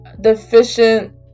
Deficient